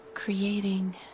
creating